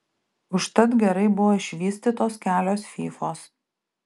užtat gerai buvo išvystytos kelios fyfos